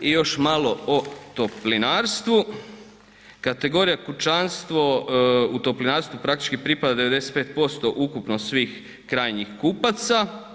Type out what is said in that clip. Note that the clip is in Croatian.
I još malo o toplinarstvu, kategorija kućanstvo u toplinarstvu praktički pripada 95% ukupno svih krajnjih kupaca.